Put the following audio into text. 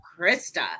krista